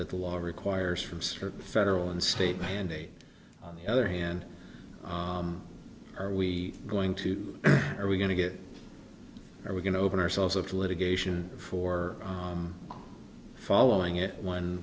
that the law requires from certain federal and state mandates the other hand are we going to are we going to get are we going to open ourselves up to litigation for following it when